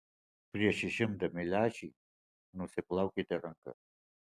prieš išimdami lęšį nusiplaukite rankas